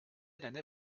l’année